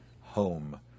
home